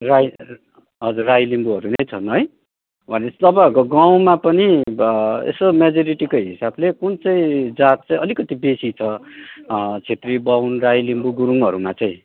राई हजुर राई लिम्बुहरू नै छन् है भनेपछि अब गाउँमा पनि यसो मेजोरिटीको हिसाबले कुन चाहिँ जात चाहिँ अलिकति बेसी छ छेत्री बाहुन राई लिम्बु गुरूङहरूमा चाहिँ